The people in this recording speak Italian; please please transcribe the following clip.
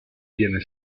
viene